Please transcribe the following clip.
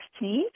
16